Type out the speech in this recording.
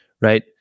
right